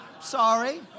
Sorry